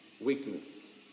weakness